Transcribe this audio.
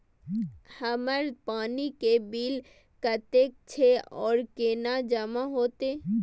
हमर पानी के बिल कतेक छे और केना जमा होते?